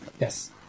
Yes